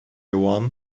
one